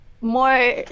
more